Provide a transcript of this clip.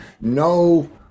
no